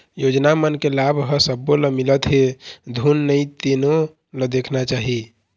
योजना मन के लाभ ह सब्बो ल मिलत हे धुन नइ तेनो ल देखना चाही